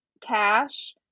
cash